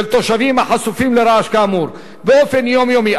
תושבים החשופים לרעש כאמור באופן יומיומי.